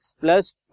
plus